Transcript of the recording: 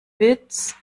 witz